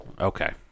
Okay